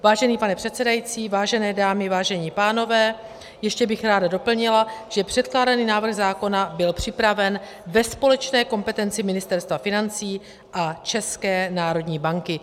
Vážený pane předsedající, vážené dámy, vážení pánové, ještě bych ráda doplnila, že předkládaný návrh zákona byl připraven ve společné kompetenci Ministerstva financí a České národní banky.